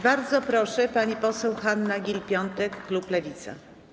Bardzo proszę, pani poseł Hanna Gill-Piątek, klub Lewica.